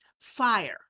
Fire